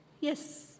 Yes